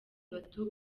batatu